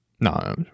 no